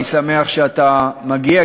אני שמח שאתה מגיע,